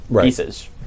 pieces